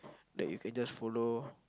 that you can just follow